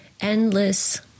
endless